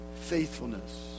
faithfulness